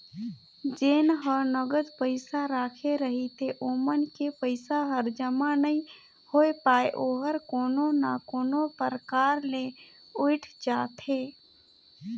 जेन ह नगद पइसा राखे रहिथे ओमन के पइसा हर जमा नइ होए पाये ओहर कोनो ना कोनो परकार ले उइठ जाथे